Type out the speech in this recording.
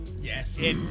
Yes